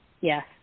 Yes